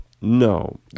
No